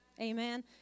Amen